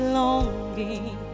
longing